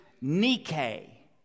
Nike